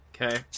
Okay